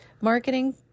marketing